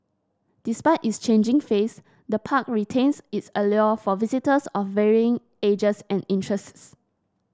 despite its changing face the park retains its allure for visitors of varying ages and interests